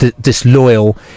disloyal